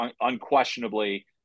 unquestionably